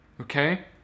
Okay